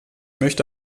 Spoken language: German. möchte